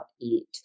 eat